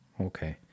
okay